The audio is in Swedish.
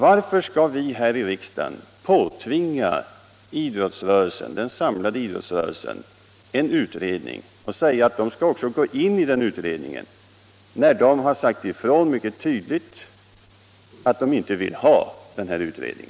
Varför skall vi här i riksdagen påtvinga den samlade idrottsrörelsen en utredning och begära att idrotten skall delta i den, när idrottens egna företrädare har sagt ifrån mycket tydligt att de inte vill ha någon utredning?